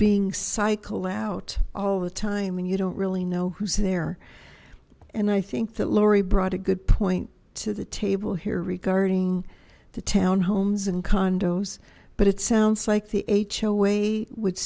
being cycled out all the time and you don't really know who's there and i think that laurie brought a good point to the table here regarding the townhomes and condos but it sounds like the h